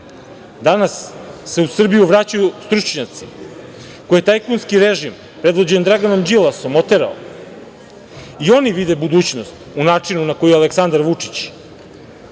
danas se u Srbiju vraćaju stručnjaci koje je tajkunski režim predvođen Draganom Đilasom oterao i oni vide budućnost u načinu na koji Aleksandar Vučić